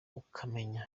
ukamenya